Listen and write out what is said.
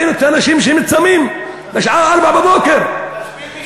העירו את האנשים שצמים בשעה 04:00. תזמין משטרה.